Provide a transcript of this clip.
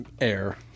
air